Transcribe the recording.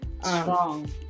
Strong